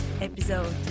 episode